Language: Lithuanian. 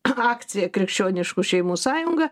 akcija krikščioniškų šeimų sąjunga